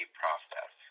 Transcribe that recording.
process